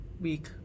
Week